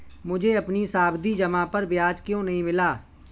मुझे अपनी सावधि जमा पर ब्याज क्यो नहीं मिला?